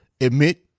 admit